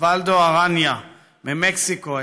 אוסוולדו ארניה ממקסיקו,